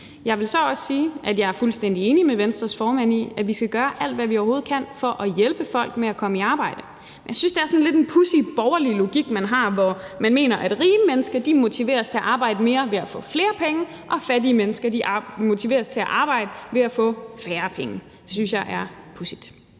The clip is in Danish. Jeg vil så også sige, at jeg er fuldstændig enig med Venstres formand i, at vi skal gøre alt, hvad vi overhovedet kan, for at hjælpe folk med at komme i arbejde. Jeg synes, det er sådan lidt en pudsig borgerlig logik, man har, hvor man mener, at rige mennesker motiveres til at arbejde mere ved at få flere penge, og at fattige mennesker motiveres til at arbejde ved at få færre penge. Det synes jeg er pudsigt.